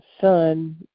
son